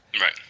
Right